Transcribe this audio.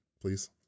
please